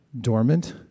dormant